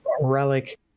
relic